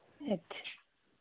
अच्छा